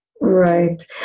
Right